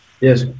Yes